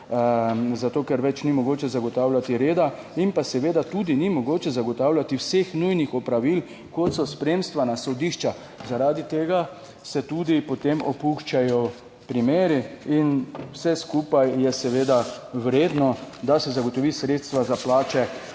zato ker več ni mogoče zagotavljati reda in pa seveda tudi ni mogoče zagotavljati vseh nujnih opravil, kot so spremstva na sodišča, zaradi tega se tudi potem opuščajo primeri in vse skupaj je seveda vredno, da se zagotovi sredstva za plače,